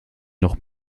noch